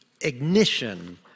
ignition